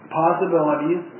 possibilities